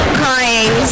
crying